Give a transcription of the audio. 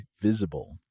Visible